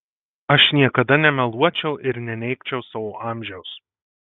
aš niekada nemeluočiau ir neneigčiau savo amžiaus